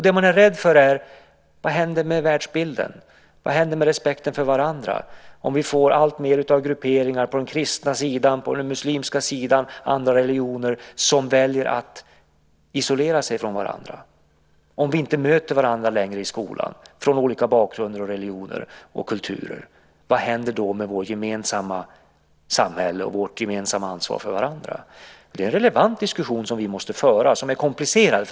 Det man är rädd för är vad som händer med världsbilden och vad som händer med respekten för andra om vi får alltmer av grupperingar på den kristna sidan, på den muslimska sidan och bland andra religioner som väljer att isolera sig från varandra. Om vi inte möter varandra längre från olika bakgrunder, religioner och kulturer - vad händer då med vårt gemensamma samhälle och vårt gemensamma ansvar för varandra? Det är en relevant diskussion som vi måste föra. Den är komplicerad.